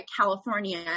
California